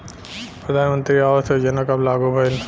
प्रधानमंत्री आवास योजना कब लागू भइल?